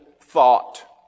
thought